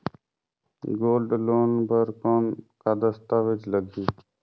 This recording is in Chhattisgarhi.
गोल्ड लोन बर कौन का दस्तावेज लगही?